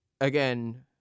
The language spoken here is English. again